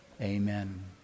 Amen